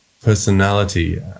personality